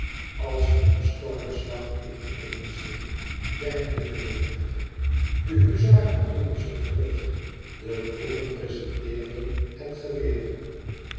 als een stormslag in eene zee deinde de menigte de huzaren drongen ze terug de troepen prezenteerden het geweer